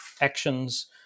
actions